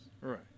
Right